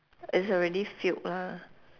it's already filled lah